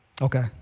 Okay